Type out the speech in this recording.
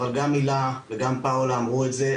אבל גם הילה וגם פאולה אמרו את זה,